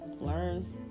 learn